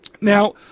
now